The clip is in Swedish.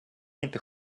inte